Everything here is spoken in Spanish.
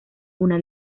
una